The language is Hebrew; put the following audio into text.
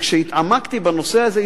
שכשהתעמקתי בנושא הזה,